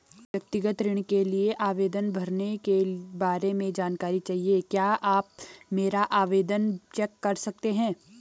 व्यक्तिगत ऋण के लिए आवेदन भरने के बारे में जानकारी चाहिए क्या आप मेरा आवेदन चेक कर सकते हैं?